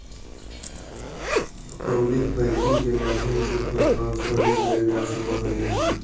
public banking के माध्यम से फंड ट्रांसफर भी कैल जा सकऽ हइ